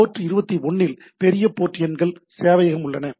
board 21 இல் பெரிய port எண்கள் சேவையகம் உள்ளன